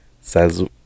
says